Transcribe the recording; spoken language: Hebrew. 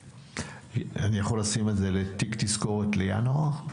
אני יכול לשים את זה לתיק תזכורת לינואר?